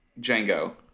Django